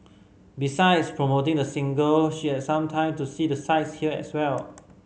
besides promoting the single she has some time to see the sights here as well